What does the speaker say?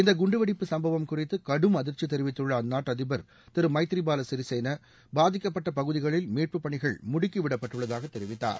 இந்த குண்டுவெடிப்பு சம்பவம் குறித்து கடும் அதிர்ச்சி தெரிவித்துள்ள அந்நாட்டு அதிபர் திரு மைத்ரி பால சிறிசேனா பாதிக்கப்பட்ட பகுதகளில் மீட்புப் பணிகள் முடுக்கிவிடப்பட்டுள்ளதாகத் தெரிவித்தார்